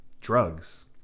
drugs